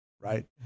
right